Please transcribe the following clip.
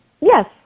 Yes